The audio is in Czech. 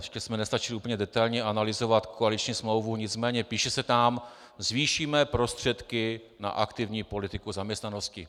Ještě jsme nestačili úplně detailně analyzovat koaliční smlouvu, nicméně píše se tam: zvýšíme prostředky na aktivní politiku zaměstnanosti.